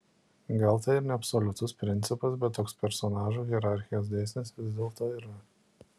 gal tai ir neabsoliutus principas bet toks personažų hierarchijos dėsnis vis dėlto yra